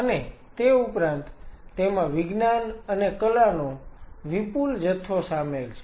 અને તે ઉપરાંત તેમાં વિજ્ઞાન અને કલાનો વિપુલ જથ્થો શામેલ છે